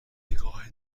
نگاه